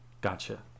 gotcha